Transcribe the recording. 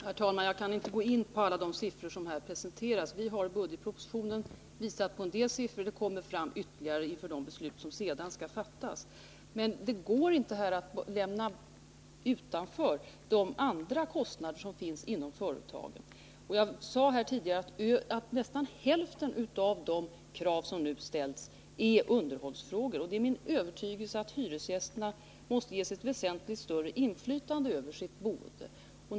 Herr talman! Jag kan inte gå in på alla de siffror som här presenteras. Vi har i budgetpropositionen visat på en del siffror, och det kommer fram ytterligare siffror inför det beslut som senare skall fattas. Det går emellertid inte att lämna utanför de kostnader av annan art som finns inom bostadsföretagen. Jag sade här tidigare att nästan hälften av de krav som nu ställs gäller underhållskostnader. Det är min övertygelse att hyresgästerna måste ges ett väsentligt större inflytande över sitt boende.